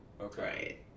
okay